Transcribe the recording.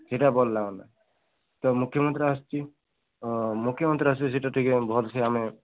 ସେଇଟା ଭଲ ଲାଗୁନି ତ ମୁଖ୍ୟମନ୍ତ୍ରୀ ଆସୁଛି ମୁଖ୍ୟମନ୍ତ୍ରୀ ଆସୁଛି ସେଇଟା ଟିକେ ଭଲ ସେ ଆମେ